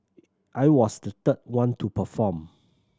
I was the third one to perform